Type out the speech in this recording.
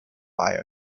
buy